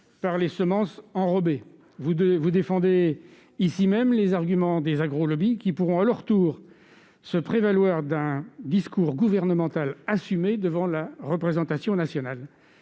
par les semences enrobées. Vous défendez, ici même, au Sénat, les arguments des agrolobbies, qui pourront à leur tour se prévaloir d'un discours gouvernemental assumé devant la représentation nationale.